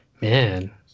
Man